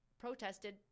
protested